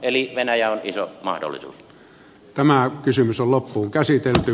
eli venäjä on iso mahdollisuus